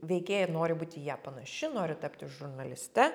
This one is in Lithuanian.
veikėja nori būti į ją panaši nori tapti žurnaliste